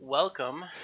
Welcome